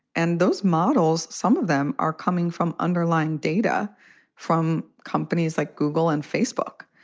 and those models, some of them are coming from underlying data from companies like google and facebook.